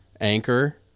anchor